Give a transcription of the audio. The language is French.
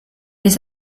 les